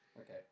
Okay